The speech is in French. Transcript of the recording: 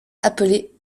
appelée